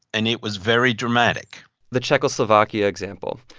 and it was very dramatic the czechoslovakia example.